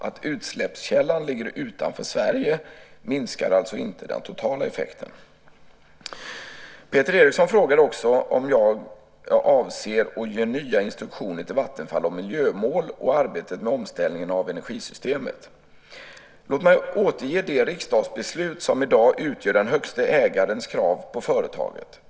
Att utsläppskällan ligger utanför Sverige minskar alltså inte den totala effekten. Peter Eriksson frågade också om jag avser att ge nya instruktioner till Vattenfall om miljömål och arbetet med omställningen av energisystemet. Låt mig återge det riksdagsbeslut som i dag utgör den högsta ägarens krav på företaget.